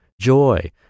joy